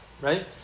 right